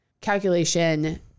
calculation